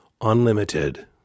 unlimited